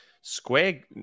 Square